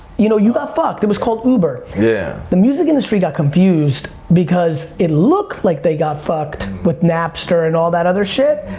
you know you got fucked, it was called uber. yeah. the music industry got confused because it looked like they got fucked with napster and all that other shit.